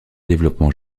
développement